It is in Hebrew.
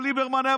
מר ליברמן,